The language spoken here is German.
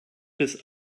bis